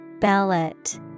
Ballot